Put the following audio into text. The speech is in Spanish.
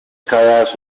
cada